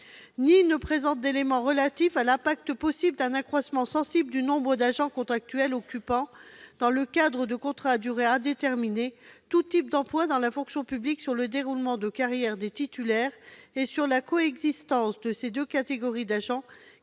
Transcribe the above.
ni ne présente d'éléments relatifs à l'impact possible d'un accroissement sensible du nombre d'agents contractuels occupant, dans le cadre de contrats à durée indéterminée, tous types d'emplois dans la fonction publique sur le déroulement de carrière des titulaires et sur la coexistence de ces deux catégories d'agents